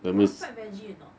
you want fried veggie a not